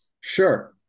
sure